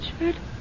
Richard